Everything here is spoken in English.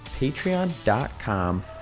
patreon.com